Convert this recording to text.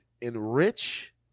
enrich